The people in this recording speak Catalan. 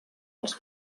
els